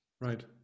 Right